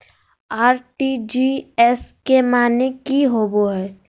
RTGS के माने की होबो है?